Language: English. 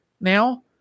now